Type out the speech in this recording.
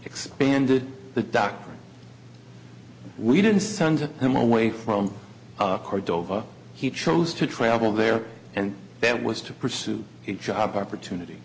expanded the doctrine we didn't send him away from cordova he chose to travel there and that was to pursue a job opportunity